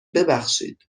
ببخشید